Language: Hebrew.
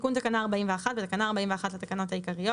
תיקון תקנה 41 13. בתקנה 41 לתקנות העיקריות,